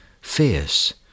fierce